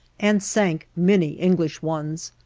and sank many english ones.